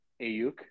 Ayuk